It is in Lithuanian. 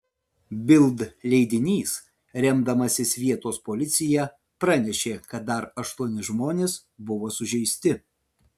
bild leidinys remdamasis vietos policija pranešė kad dar aštuoni žmonės buvo sužeisti